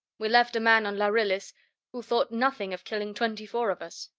we left a man on lharillis who thought nothing of killing twenty-four of us.